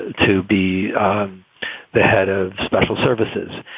to be the head of special services.